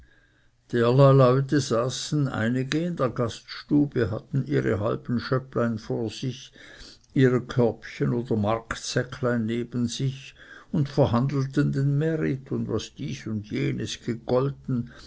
leute saßen einige in der gaststube hatten ihre halben schöpplein vor sich ihre körbchen oder märtsäcklein neben sich und verhandelten den märit und was dies oder jenes gegolten